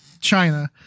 China